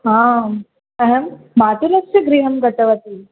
आम् अहं मातुलस्य गृहं गतवती